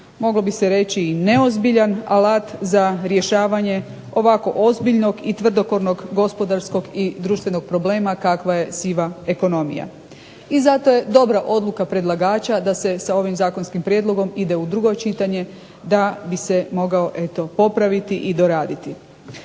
moglo bi se reći i neozbiljan alat za rješavanje ovako ozbiljnog i tvrdokornog gospodarskog i društvenog problema kakva je siva ekonomija. I zato je dobra odluka predlagača da se sa ovim zakonskim prijedlogom ide u drugo čitanje, da bi se mogao eto popraviti i doraditi.